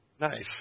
Nice